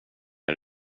här